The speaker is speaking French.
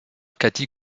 katie